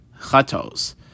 chatos